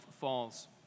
falls